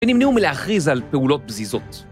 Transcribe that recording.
ונמניעו מלהכריז על פעולות פזיזות.